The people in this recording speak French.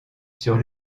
sur